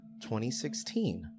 2016